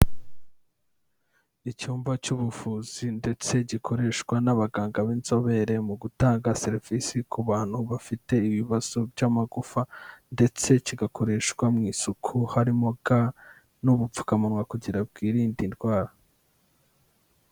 Icyumba cy'ubuvuzi ndetse gikoreshwa n'abaganga b'inzobere mu gutanga serivisi ku bantu bafite ibibazo by'amagufa ndetse kigakoreshwa mu isuku harimo n'ubupfukamunwa kugira ngo bwirinde indwara.